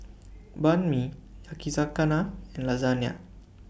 Banh MI Yakizakana and Lasagne